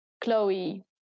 chloe